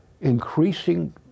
increasing